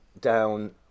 down